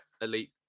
elite